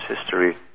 history